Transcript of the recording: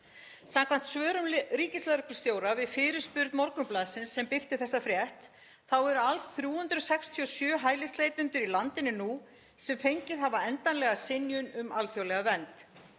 Samkvæmt svörum ríkislögreglustjóra við fyrirspurn Morgunblaðsins sem birti þessa frétt eru alls 367 hælisleitendur í landinu nú sem fengið hafa endanlega synjun um alþjóðlega vernd.